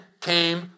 came